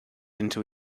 into